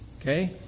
Okay